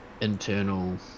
internal